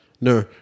no